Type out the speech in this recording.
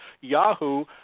Yahoo